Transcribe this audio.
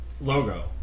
logo